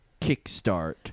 Kickstart